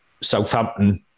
Southampton